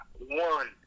one